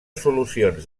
solucions